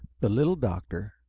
the little doctor,